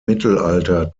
mittelalter